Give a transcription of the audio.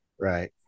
Right